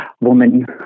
woman